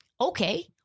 Okay